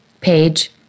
page